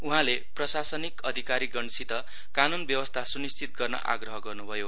उहाँले प्रशासनिक अधिकारीगणसित कानून व्यवस्था सुनिश्चित गर्नु आग्रह गर्नुभयो